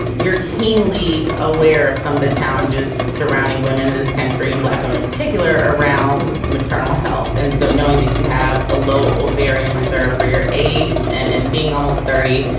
you're keenly aware of some of the challenges surrounding women in this country and blacktown in particular around maternal health. and so knowing that you have a low ovarian reserve for your age and and being almost thirty,